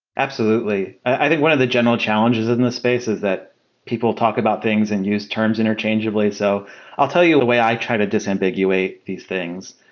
absolutely. i think one of the general challenges in the spaces that people talk about things and use terms interchangeably. so i'll tell you the way i try to disambiguate these things,